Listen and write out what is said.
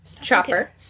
Chopper